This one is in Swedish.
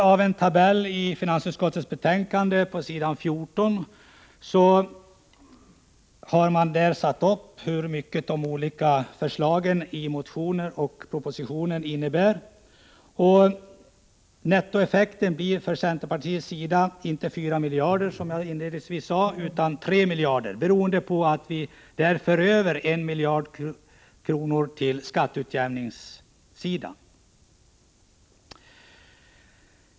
Av den tabell som redovisas på s. 14 i betänkandet framgår det hur stora belopp indragningen rör sig om, uppdelat på propositionens förslag resp. förslagen i motioner från de olika partierna. Nettoeffekten för centerpartiets del blir enligt denna tabell inte 4 miljarder, som jag inledningsvis sade, utan drygt 3 miljarder, beroende på att vi gör en överföring på skatteutjämningssidan.